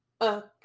Okay